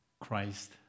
Christ